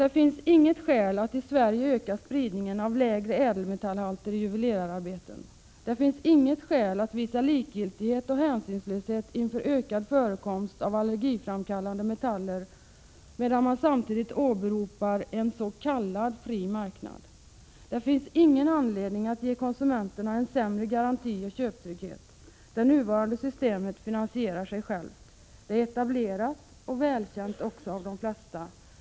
Det finns inget skäl att i Sverige öka spridningen av lägre ädelmetallhalter i juvelerararbeten. Det finns inget skäl att visa likgiltighet och hänsynslöshet inför ökad förekomst av allergiframkallande metaller, medan man samtidigt åberopar en s.k. fri marknad. Det finns heller ingen anledning att ge konsumenterna en sämre garanti och försämrad köptrygghet. Det nuvarande systemet finansierar sig självt. Det är etablerat och välkänt av de flesta.